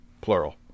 plural